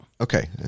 Okay